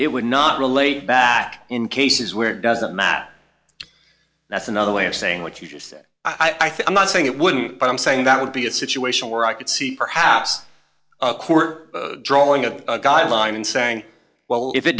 it would not relate back in cases where it doesn't matter that's another way of saying what you just said i think i'm not saying it wouldn't but i'm saying that would be a situation where i could see perhaps a court drawing a guideline and saying well if it